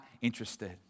interested